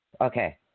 Okay